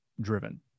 driven